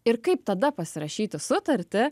ir kaip tada pasirašyti sutartį